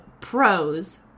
pros